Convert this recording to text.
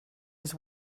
his